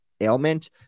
ailment